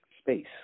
space